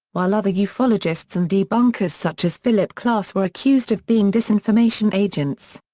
while other yeah ufologists and debunkers such as philip klass were accused of being disinformation agents.